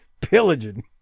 Pillaging